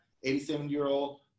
87-year-old